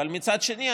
אבל מצד שני,